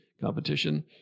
competition